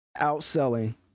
outselling